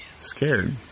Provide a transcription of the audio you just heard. scared